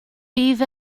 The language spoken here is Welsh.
bydd